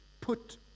put